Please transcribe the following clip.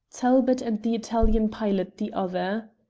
talbot and the italian pilot the other.